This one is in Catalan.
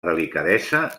delicadesa